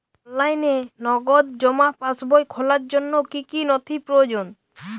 অনলাইনে নগদ জমা পাসবই খোলার জন্য কী কী নথি প্রয়োজন?